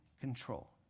control